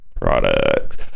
Products